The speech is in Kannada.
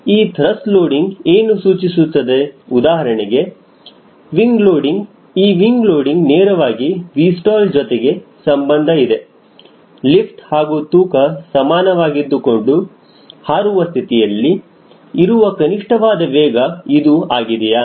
ಈ ತ್ರಸ್ಟ್ ಲೋಡಿಂಗ್ ಏನು ಸೂಚಿಸುತ್ತದೆ ಉದಾಹರಣೆಗೆ ವಿಂಗ ಲೋಡಿಂಗ್ ಈ ವಿಂಗ ಲೋಡಿಂಗ್ ನೇರವಾಗಿ 𝑉stall ಜೊತೆಗೆ ಸಂಬಂಧ ಇದೆ ಲಿಫ್ಟ್ ಹಾಗೂ ತೂಕ ಸಮಾನವಾಗಿದ್ದುಕೊಂಡು ಹಾರುವ ಸ್ಥಿತಿಯಲ್ಲಿ ಇರುವ ಕನಿಷ್ಠವಾದ ವೇಗ ಇದು ಆಗಿದೆಯಾ